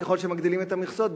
ככל שמגדילים את המכסות,